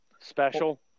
special